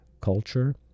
culture